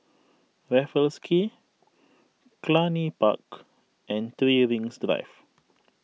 Raffles Quay Cluny Park and three Rings Drive